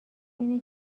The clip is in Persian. اینه